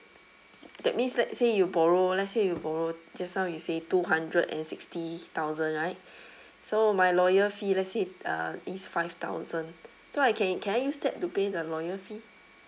that means let's say you borrow let's say you borrow just now you say two hundred and sixty thousand right so my lawyer fee let's say uh is five thousand so I can can I use that to pay the lawyer fee